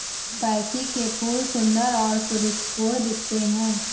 pansy के फूल सुंदर और सुरुचिपूर्ण दिखते हैं